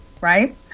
right